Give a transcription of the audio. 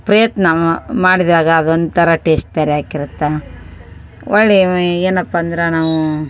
ಪ್ರಯತ್ನ ಮಾಡಿದಾಗ ಅದೊಂಥರ ಟೇಶ್ಟ್ ಬೇರೆ ಆಗಿರತ್ತೆ ಹೊಳ್ಳಿ ಇವು ಏನಪ್ಪ ಅಂದ್ರೆ ನಾವೂ